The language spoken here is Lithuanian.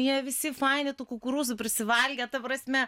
jie visi faini tų kukurūzų prisivalgę ta prasme